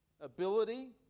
ability